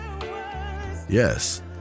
Yes